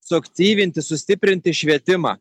suaktyvinti sustiprinti švietimą